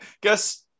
Guess